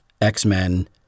X-Men